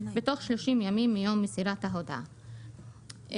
בתוך 30 ימים מיום מסירת ההודעה כאמור.".